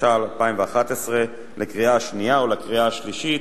התשע"א 2011, לקריאה השנייה ולקריאה השלישית.